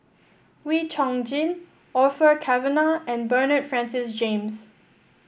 Wee Chong Jin Orfeur Cavenagh and Bernard Francis James